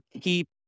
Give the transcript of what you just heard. keep